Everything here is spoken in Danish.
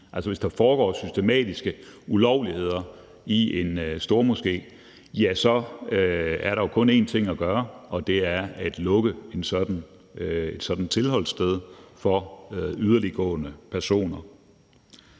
altså hvis der foregår systematiske ulovligheder i en stormoské – er der jo kun én ting at gøre, og det er at lukke et sådant tilholdssted for yderligtgående personer.